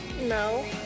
No